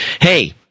Hey